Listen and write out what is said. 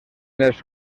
els